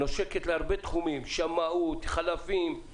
נושקת להרבה תחומים: שמאות, חלפים,